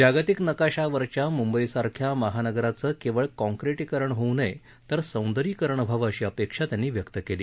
जागतिक नकाशावरच्या मुंबईसारख्या महानगराचं केवळ काँक्रीटिकरण होऊ नये तर सौंदर्यीकरण व्हावं अशी अपेक्षा त्यांनी व्यक्त केली